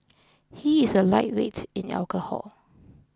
he is a lightweight in alcohol